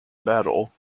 battle